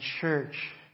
church